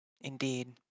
Indeed